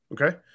okay